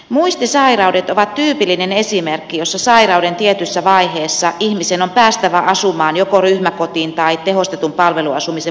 muistisairaudet ovat tyypillinen esimerkki jossa sairauden tietyssä vaiheessa ihmisen on päästävä asumaan joko ryhmäkotiin tai tehostetun palveluasumisen muistiyksikköön